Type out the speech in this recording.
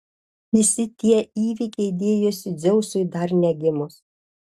visi tie įvykiai dėjosi dzeusui dar negimus